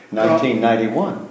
1991